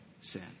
sin